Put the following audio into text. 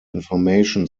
information